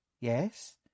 Yes